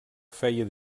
feia